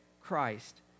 Christ